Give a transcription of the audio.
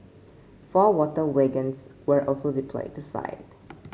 four water wagons were also deployed to site